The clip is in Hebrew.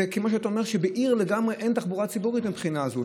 זה כמו שאתה אומר שבעיר לגמרי אין תחבורה ציבורית מבחינה זו.